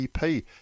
EP